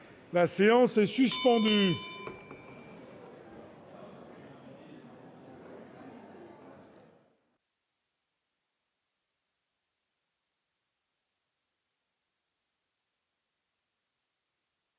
La séance est suspendue.